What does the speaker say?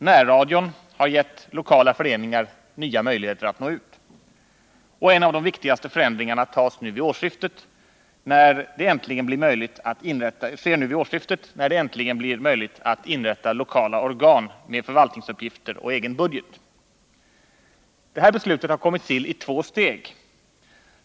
Närradion har gett lokala föreningar nya möjligheter att nå ut. Och en av de viktigaste förändringarna sker nu vid årsskiftet när det äntligen blir möjligt att inrätta lokala organ med förvaltningsuppgifter och egen budget. Det här beslutet har kommit till i två steg.